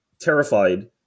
terrified